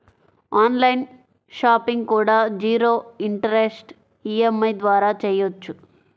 on line shopping కూడా zero interest EMI ద్వారా చెయ్యొచ్చు